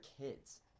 kids